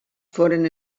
foren